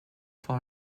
for